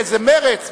באיזה מרץ.